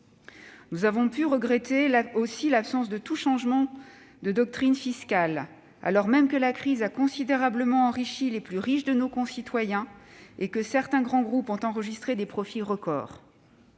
Nous avons aussi pu regretter l'absence de tout changement de doctrine fiscale, alors même que la crise a considérablement enrichi les plus riches de nos concitoyens et que certains grands groupes ont enregistré des profits record.